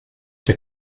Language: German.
der